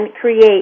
create